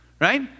right